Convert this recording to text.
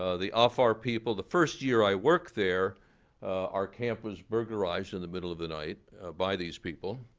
ah the afar people, the first year i worked there our camp was burglarized in the middle of the night by these people.